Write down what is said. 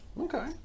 Okay